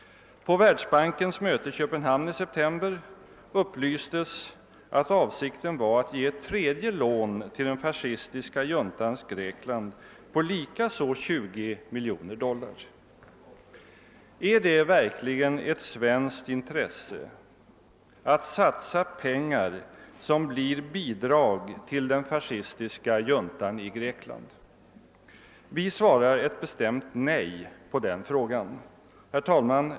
På världsbankens möte i Köpenhamn i september upplystes att avsikten var att ge ett tredje lån till den fascistiska juntans Grekland, likaså på 20 miljoner doilar. :Är det verkligen ett svenskt intresse att satsa pengar, som sålunda blir bidrag till den fascistiska juntan i Grekland? Vi svarar ett bestämt nej på denna fråga. Herr talman!